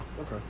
okay